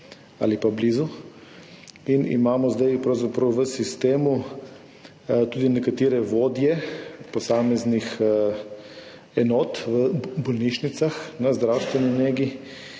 ali pa blizu. In imamo sedaj pravzaprav v sistemu tudi nekatere vodje posameznih enot v bolnišnicah na zdravstveni negi,